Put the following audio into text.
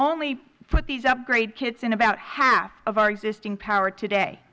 only put these upgrade kits in about half of our existing power today